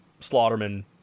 slaughterman